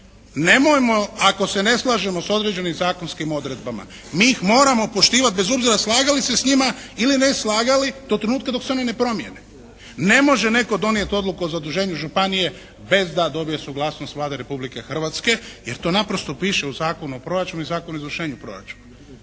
Nemojmo ako se ne slažemo sa određenim zakonskim odredbama. Mi ih moramo poštivati bez obzira slagali se s njima ili ne slagali do trenutka dok se oni ne promijene. Ne može netko donijeti odluku o zaduženju županije bez da dobije suglasnost Vlade Republike Hrvatske jer to naprosto piše u Zakonu o proračunu i Zakonu o izvršenju proračuna.